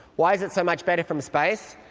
why is it so much better from space?